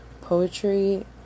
poetry